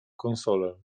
konsolę